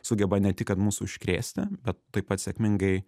sugeba ne tik kad mus užkrėsti bet taip pat sėkmingai